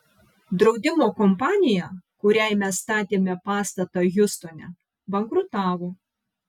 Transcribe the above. draudimo kompanija kuriai mes statėme pastatą hjustone bankrutavo